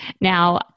now